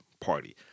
party